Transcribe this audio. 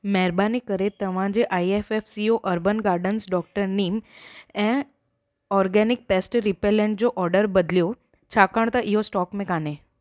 महिरबानी करे तव्हांजे I F F C O urban gardens doctor neem ऐं ऑर्गेनिक पेस्ट रीपेल्लेंट जो ऑडर बदिलियो छाकाणि त इहो स्टॉक में कान्हे